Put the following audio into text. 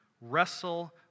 Wrestle